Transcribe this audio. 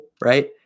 right